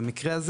במקרה הזה,